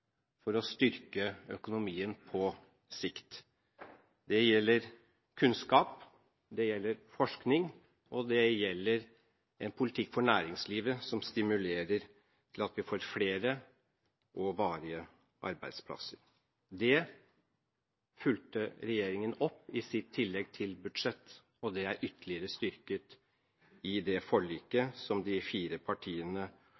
for å styrke økonomien på sikt. Det gjelder kunnskap, det gjelder forskning, og det gjelder en politikk for næringslivet som stimulerer til at vi får flere og varige arbeidsplasser. Det fulgte regjeringen opp i sitt tillegg til budsjett, og det er ytterligere styrket i det